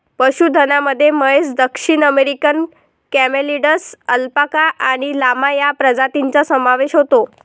पशुधनामध्ये म्हैस, दक्षिण अमेरिकन कॅमेलिड्स, अल्पाका आणि लामा या प्रजातींचा समावेश होतो